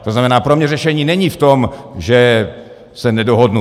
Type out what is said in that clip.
To znamená, pro mě řešení není v tom, že se nedohodnu.